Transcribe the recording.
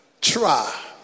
try